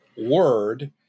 word